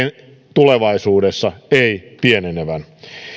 tulevaisuudessa ei pienenevän